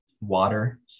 water